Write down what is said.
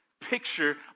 picture